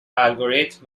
الگوریتم